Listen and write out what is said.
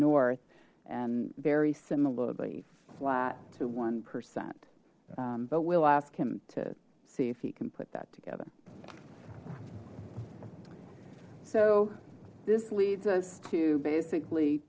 north and very similarly flat to one percent but we'll ask him to see if he can put that together so this leads us to basically